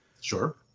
Sure